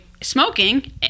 smoking